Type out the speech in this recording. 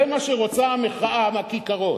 זה מה שרוצה המחאה בכיכרות.